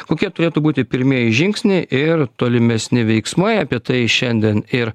kokie turėtų būti pirmieji žingsniai ir tolimesni veiksmai apie tai šiandien ir